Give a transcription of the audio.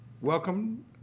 welcome